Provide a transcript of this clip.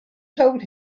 told